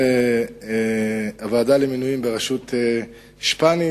זה הוועדה למינויים בראשות שפניץ,